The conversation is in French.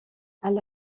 elle